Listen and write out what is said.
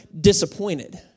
disappointed